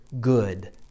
good